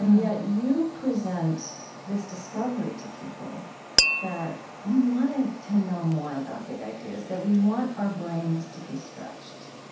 yet, you present this discovery to people that we wanted to know more about big ideas, that we want our brains to be stretched